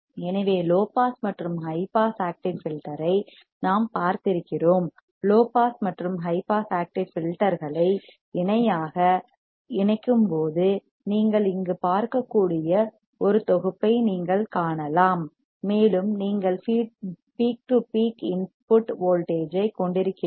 எனவே low pass மற்றும் high pass active filter ஐ நாம் பார்த்திருக்கிறோம் லோ பாஸ் மற்றும் ஹை பாஸ் ஆக்டிவ் ஃபில்டர்களை இணையாக பார்லல் ஆக இணைக்கும்போது நீங்கள் இங்கு பார்க்கக்கூடிய ஒரு தொகுப்பை நீங்கள் காணலாம் மேலும் நீங்கள் peak to peak input voltage ஐக் கொண்டிருக்கிறீர்கள்